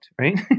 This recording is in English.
right